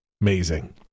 Amazing